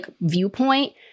viewpoint